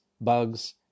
bugs